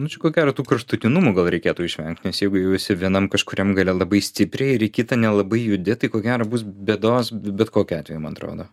nu čia ko gero tų kraštutinumų gal reikėtų išvengt nes jeigu jau esi vienam kažkuriam gale labai stipriai ir į kitą nelabai judi tai ko gero bus bėdos bet kokiu atveju man atrodo